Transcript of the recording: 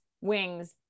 wings